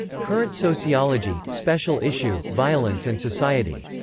current sociology, special issue violence and society.